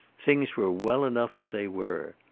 things were well enough as they were.